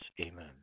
Amen